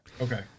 Okay